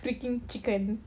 freaking chicken